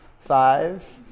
Five